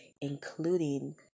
including